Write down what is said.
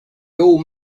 old